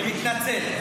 אני מתנצל.